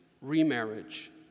remarriage